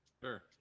Sure